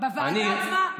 בוועדה עצמה מתביישים לשאול.